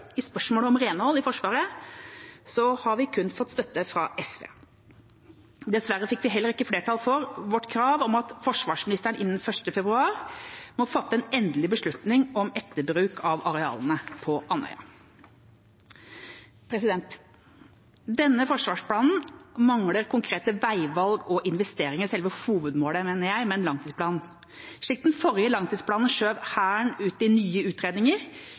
I spørsmålet om renholdet i Forsvaret har vi kun fått støtte fra SV. Dessverre fikk vi heller ikke flertall for vårt krav om at forsvarsministeren innen 1. februar må fatte en endelig beslutning om etterbruk av arealene på Andøya. Denne forsvarsplanen mangler konkrete veivalg og investeringer – selve hovedmålet, mener jeg, med en langtidsplan. Slik den forrige langtidsplanen skjøv Hæren ut i nye utredninger,